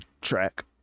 track